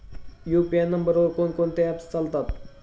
UPI नंबरवर कोण कोणते ऍप्स चालतात?